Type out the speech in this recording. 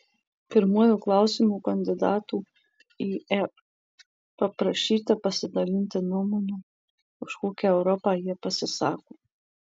pirmuoju klausimu kandidatų į ep paprašyta pasidalinti nuomone už kokią europą jie pasisako